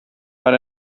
but